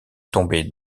tomber